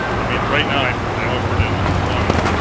i mean, right now i offered in one.